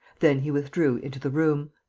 then he withdrew into the room.